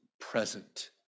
present